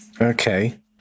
Okay